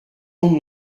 tombe